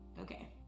Okay